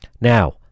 Now